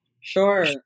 Sure